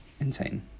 insane